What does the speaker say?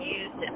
use